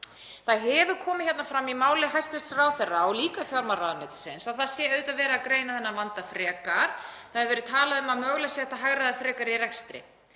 Það hefur komið hérna fram í máli hæstv. ráðherra og líka fjármálaráðuneytisins að það sé verið að greina þennan vanda frekar. Það hefur verið talað um að mögulega sé hægt að hagræða frekar í rekstri.